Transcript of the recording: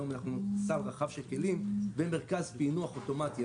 היום יש לנו סל רחב של כלים ומרכז פענוח אוטומטי.